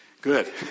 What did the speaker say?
Good